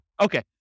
Okay